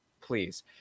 please